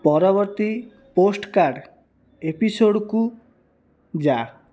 ପରବର୍ତ୍ତୀ ପୋଡ଼କାଷ୍ଟ ଏପିସୋଡ଼କୁ ଯାଅ